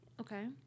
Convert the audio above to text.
Okay